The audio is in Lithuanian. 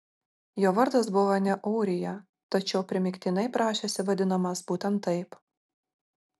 jo vardas buvo ne ūrija tačiau primygtinai prašėsi vadinamas būtent taip